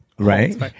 Right